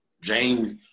James